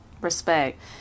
Respect